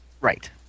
Right